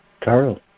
Carl